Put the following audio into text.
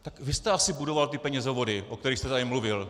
Tak vy jste asi budoval ty penězovody, o kterých jste tady mluvil.